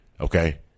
Okay